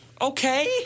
Okay